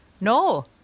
no